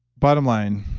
bottom line.